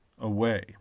away